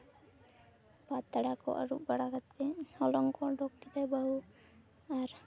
ᱯᱟᱛᱲᱟ ᱠᱚ ᱟᱨᱩᱯ ᱵᱟᱲᱟ ᱠᱟᱛᱮ ᱦᱚᱞᱚᱝ ᱠᱚ ᱩᱰᱩᱠ ᱠᱮᱫᱟᱭ ᱵᱟᱹᱦᱩ ᱟᱨ